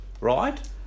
right